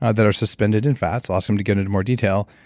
ah that are suspended in fats. i'll ask him to get into more detail.